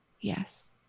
Yes